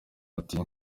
ati